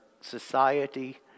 society